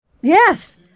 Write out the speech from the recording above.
Yes